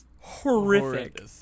horrific